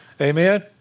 Amen